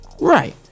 Right